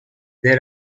there